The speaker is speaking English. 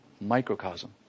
microcosm